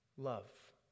love